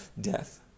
death